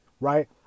right